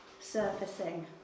surfacing